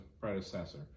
predecessor